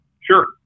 Sure